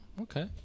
okay